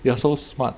you are so smart